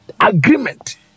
Agreement